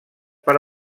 per